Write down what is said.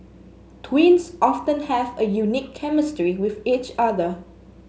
twins often have a unique chemistry with each other